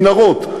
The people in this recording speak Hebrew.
מנהרות.